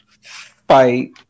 fight